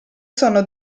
sono